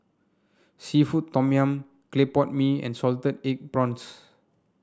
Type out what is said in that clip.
seafood Tom Yum Clay Pot Mee and Salted Egg Prawns